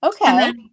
Okay